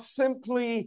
simply